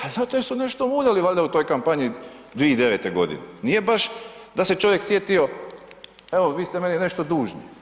A zato jer su nešto muljali valjda u toj kampanji 2009. godine, nije baš da se čovjek sjetio evo vi ste meni nešto dužni.